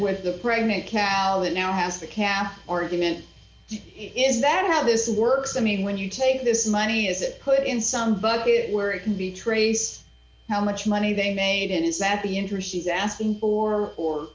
with the pregnant cat and now has the cat argument is that how this it works i mean when you take this money is it put in some bucket where it can be traced how much money they made it is that the interest he's asking for or